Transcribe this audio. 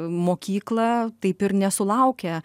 mokyklą taip ir nesulaukę